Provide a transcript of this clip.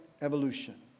evolution